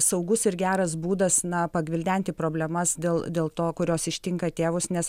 saugus ir geras būdas na pagvildenti problemas dėl dėl to kurios ištinka tėvus nes